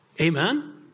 Amen